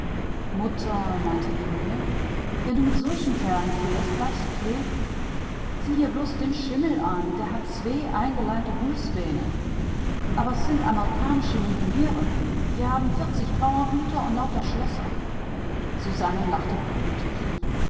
mutter meinte emil wenn du mit sulchen kerlen fährst bleibste kleben sieh dir bluß den schimmel an der hat zwee eingeleimte hulzbeene aber s sind amerikanische millionäre die haben vierzig pauergüter und lauter schlösser susanne lachte